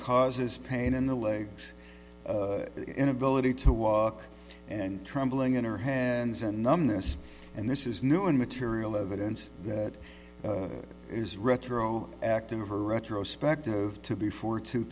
causes pain in the legs inability to walk and trembling in her hands and numbness and this is new in material evidence that is retro active or retrospective to before two